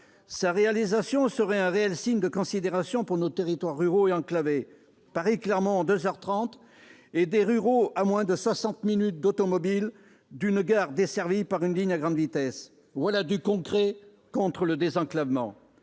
Sa réalisation serait un réel signe de considération pour nos territoires ruraux et enclavés. Paris-Clermont en deux heures trente, et des ruraux à moins de soixante minutes d'automobile d'une gare desservie par une ligne à grande vitesse, voilà du concret contre le désenclavement